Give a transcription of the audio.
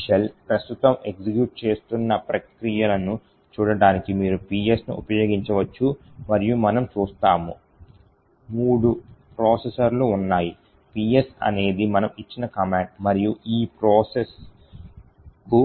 ఈ షెల్ ప్రస్తుతం ఎగ్జిక్యూట్ చేస్తున్న ప్రక్రియలను చూడటానికి మీరు "ps" ను ఉపయోగించవచ్చు మరియు మనము చూస్తాము మూడు ప్రాసెస్లు ఉన్నాయి "ps" అనేది మనము ఇచ్చిన కమాండ్ మరియు ఈ ప్రాసెస్కు